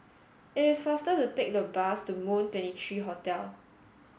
it is faster to take the bus to Moon twenty three Hotel